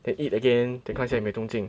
then eat again then 看一下有没有动静